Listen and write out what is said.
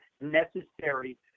necessary